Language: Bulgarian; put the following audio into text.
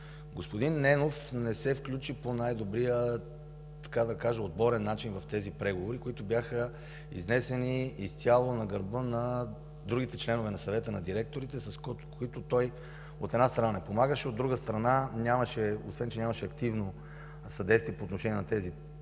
Господин Ненов не се включи по най-добрия отборен начин в тези преговори, които бяха изнесени изцяло на гърба на другите членове на Съвета на директорите, на които той, от една страна, не помагаше, от друга страна, освен че нямаше активно съдействие по отношение на тези преговори,